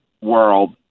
world